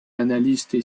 analystes